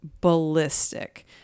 ballistic